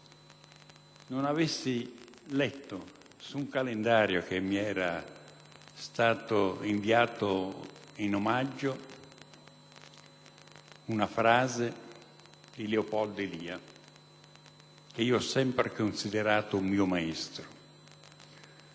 non avessi letto su un calendario che mi era stato inviato in omaggio una frase di Leopoldo Elia, che ho sempre considerato un mio maestro,